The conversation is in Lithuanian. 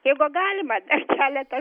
jeigu galima dar keletą